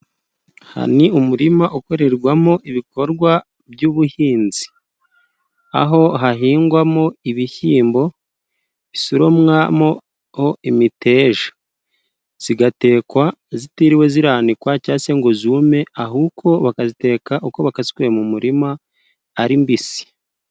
Aha ni umurima ukorerwamo ibikorwa by'ubuhinzi , aho hahingwamo ibishyiyimbo bisoromwa mo imiteja, igatekwa itiriwe iranikwa cyangwa se ngo yume, ahuko bakayiteka uko bakayikuye mu murima ari mibisi.